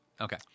Okay